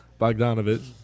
Bogdanovich